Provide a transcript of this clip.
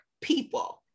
people